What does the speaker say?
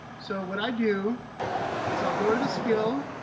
so what i do is i'll go to the skill.